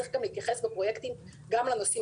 צריך להתייחס בפרויקטים גם לנושאים